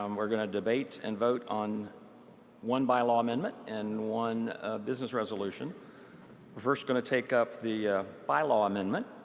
um we're going to debate and vote on one bylaw amendment and one business resolution. we're first going to take up the bylaw amendment.